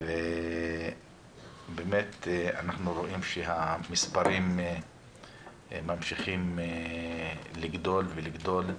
באמת אנחנו רואים שהמספרים ממשיכים לגדול ולגדול,